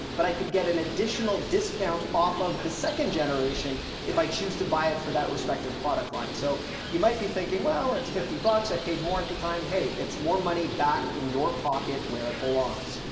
but i could get an additional discount off of the second generation if i choose to buy it for that respective product line. so you might be thinking, well, it's fifty bucks, i paid more at the time hey, it's more money back in your pocket where it belongs.